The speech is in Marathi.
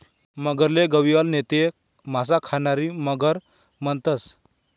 मगरले गविअल नैते मासा खानारी मगर म्हणतंस